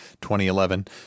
2011